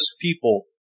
people